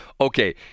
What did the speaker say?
Okay